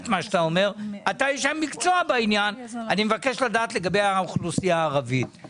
אולי שתיעשה גם בדיקה איפה הרגישו את הרעידה שקרתה